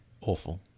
Awful